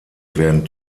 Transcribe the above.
werden